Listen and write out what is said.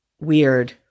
weird